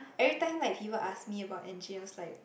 every time like he will ask me about engineers like